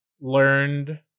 learned